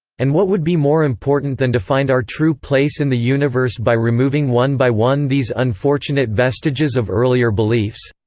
and what would be more important than to find our true place in the universe by removing one by one these unfortunate vestiges of earlier beliefs?